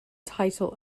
title